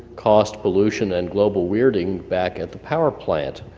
cost, pollution and global weirding back at the power plant,